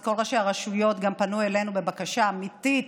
כל ראשי הרשויות פנו אלינו בבקשה אמיתית.